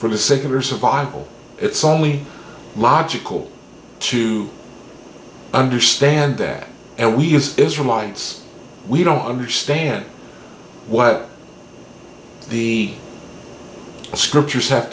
for the secular survival it's only logical to understand that and we as israelites we don't understand what the scriptures have